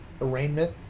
arraignment